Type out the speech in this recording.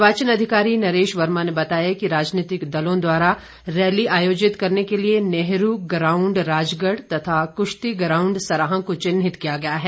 निर्वाचन अधिकारी नरेश वर्मा ने बताया कि राजनीतिक दलों द्वारा रैली आयोजित करने के लिए नेहरू ग्राऊंड राजगढ़ तथा कुश्ती ग्राऊंड सराहां को चिन्हित किया गया है